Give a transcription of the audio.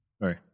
Right